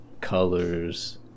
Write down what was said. colors